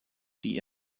die